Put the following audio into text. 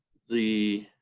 the